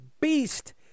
beast